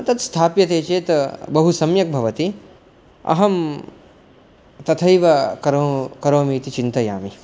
तत् स्थाप्यते चेत् बहुसम्यक् भवति अहं तथैव करोमि इति चिन्तयामि